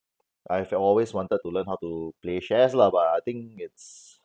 I I've always wanted to learn how to play shares lah but I think it's